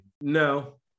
No